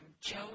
Joe